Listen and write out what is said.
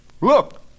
Look